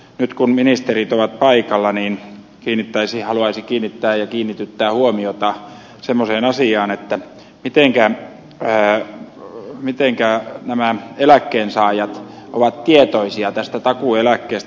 nyt kun ministerit ovat paikalla niin haluaisin kiinnittää ja kiinnityttää huomiota semmoiseen asiaan että mitenkä nämä eläkkeensaajat ovat tietoisia tästä takuueläkkeestä